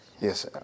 Yes